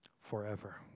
forever